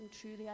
truly